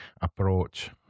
approach